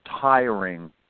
tiring